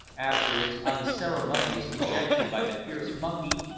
after its unceremonious ejection by the fierce monkey,